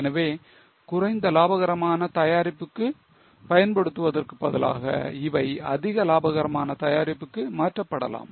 எனவே குறைந்த லாபகரமான தயாரிப்புக்கு பயன்படுத்துவதற்கு பதிலாக இவை அதிக லாபகரமான தயாரிப்புக்கு மாற்றப்படலாம்